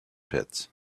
pits